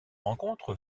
rencontre